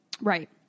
Right